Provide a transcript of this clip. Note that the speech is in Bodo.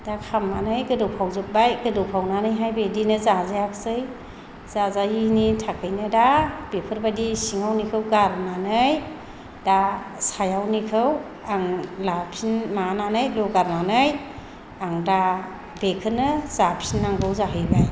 दा खामनानै गोदौफावजोबबाय गोदौफावनानै बिदिनो जाजायाखैसै जाजायिनि थाखायनो दा बेफोरबायदि सिङावनिखौ गारनानै दा सायावनिखौ आं लाफिन माबानानै लुगारनानै आं दा बेखोनो जाफिननांगौ जाहैबाय